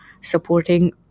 supporting